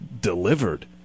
delivered